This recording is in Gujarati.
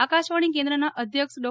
આકાશવાણી કેન્દ્રના અધ્યક્ષ ડો